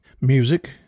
music